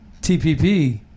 TPP